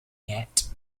yet